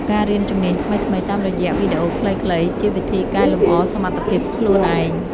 ការរៀនជំនាញថ្មីៗតាមរយៈវីដេអូខ្លីៗ ជាវិធីកែលម្អសមត្ថភាពខ្លួនឯង។